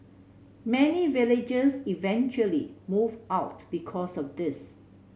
many villagers eventually moved out because of this